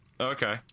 Okay